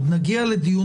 עוד נגיע לדיון